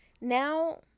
now